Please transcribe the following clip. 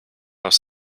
aus